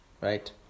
right